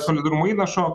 solidarumui įnašo